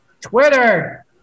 Twitter